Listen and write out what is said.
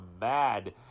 mad